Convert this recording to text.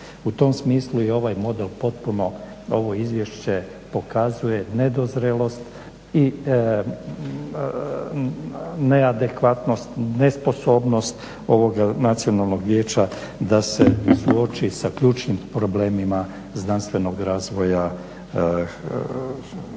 U tom smislu je ovaj model potpuno, ovo Izvješće pokazuje nedozrelost i neadekvatnost, nesposobnost ovog Nacionalnog vijeća da se suoči sa ključnim problemima znanstvenog razvoja u